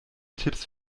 tipps